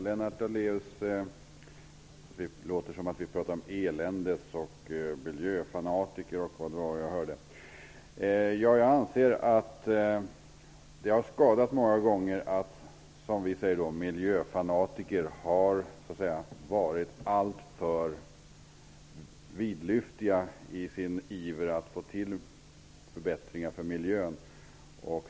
Herr talman! Det talades om elände och miljöfanatiker. Jag anser att det har varit till skada att miljöfanatiker har varit alltför vidlyftiga i sin iver att få till stånd förbättringar för miljön.